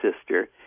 sister